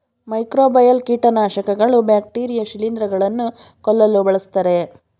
microbial ಕೀಟನಾಶಕಗಳು bacteria ಶಿಲಿಂದ್ರ ಗಳನ್ನು ಕೊಲ್ಲಲು ಬಳ್ಸತ್ತರೆ